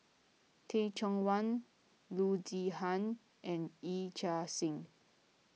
Teh Cheang Wan Loo Zihan and Yee Chia Hsing